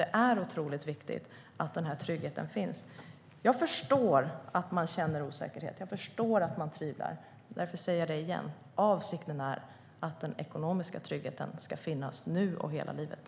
Det är otroligt viktigt att den tryggheten finns. Jag förstår att man känner osäkerhet. Jag förstår att man tvivlar. Därför säger jag det igen: Avsikten är att den ekonomiska tryggheten ska finnas nu och hela livet.